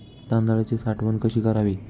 तांदळाची साठवण कशी करावी?